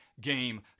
Game